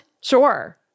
Sure